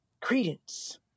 credence